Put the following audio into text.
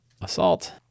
assault